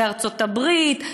בארצות-הברית,